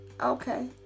Okay